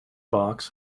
box